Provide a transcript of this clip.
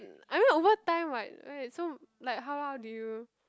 I mean over time what why so like how how do you